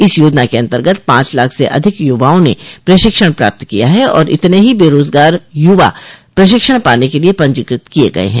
इस योजना के अंतर्गत पांच लाख से अधिक युवाओं ने प्रशिक्षण प्राप्त किया है और इतने ही बेरोजगार युवा प्रशिक्षण पाने के लिए पंजीकृत किए गए हैं